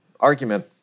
argument